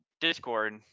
Discord